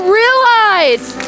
realize